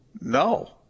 No